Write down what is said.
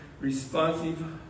responsive